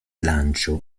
lancio